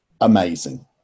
amazing